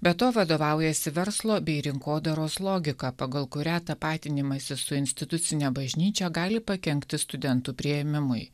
be to vadovaujasi verslo bei rinkodaros logika pagal kurią tapatinimąsis su institucine bažnyčia gali pakenkti studentų priėmimui